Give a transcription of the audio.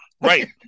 right